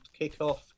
kickoff